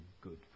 good